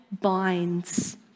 binds